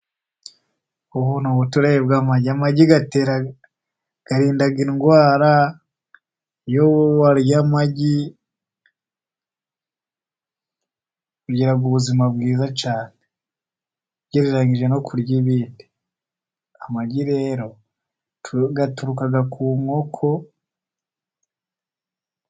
Ubu ni ubutireyi bw'amagi, amagi arinda indwara, iyo urya amagi ugira ubuzima bwiza cyane, ugereyije no kurya ibindi. Amagi rero aturuka ku nkoko.